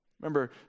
Remember